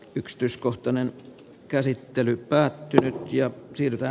yksityiskohtainen käsittely päättyi ja siitä